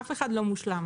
אף אחד לא מושלם.